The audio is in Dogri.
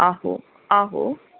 आहो आहो